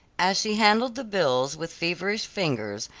as she handled the bills with feverish fingers,